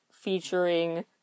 featuring